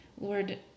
Lord